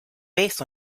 based